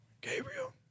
Gabriel